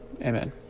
amen